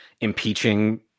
impeaching